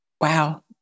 wow